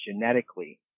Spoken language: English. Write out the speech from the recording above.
genetically